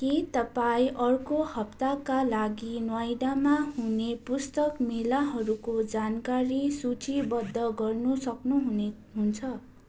के तपाईँ अर्को हप्ताका लागि नोयडामा हुने पुस्तक मेलाहरूको जानकारी सूचीबद्ध गर्न सक्नु हुने हुन्छ